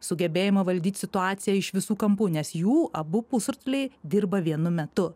sugebėjimą valdyti situaciją iš visų kampų nes jų abu pusrutuliai dirba vienu metu